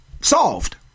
Solved